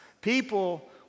People